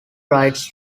rights